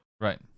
Right